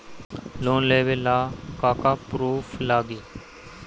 Loan लेबे ला का का पुरुफ लागि?